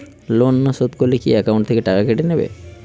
Loan না শোধ করলে কি একাউন্ট থেকে টাকা কেটে নেবে?